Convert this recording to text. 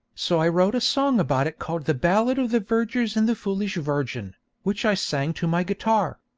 so i wrote a song about it called the ballad of the vergers and the foolish virgin which i sang to my guitar.